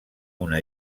una